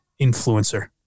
influencer